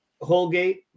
Holgate